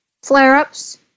flare-ups